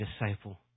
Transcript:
disciple